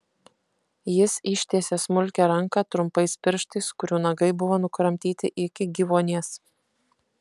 jis ištiesė smulkią ranką trumpais pirštais kurių nagai buvo nukramtyti iki gyvuonies